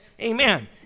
Amen